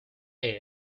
air